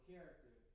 character